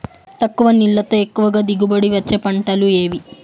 తక్కువ నీళ్లతో ఎక్కువగా దిగుబడి ఇచ్చే పంటలు ఏవి?